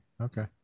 Okay